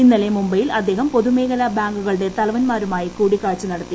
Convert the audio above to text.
ഇന്നലെ മുംബൈയിൽ അദ്ദേഹം പൊതുമേഖലാ ബാങ്കുകളുടെ തലവന്മാരുമായി കൂടിക്കാഴ്ച നടത്തി